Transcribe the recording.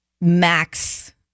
Max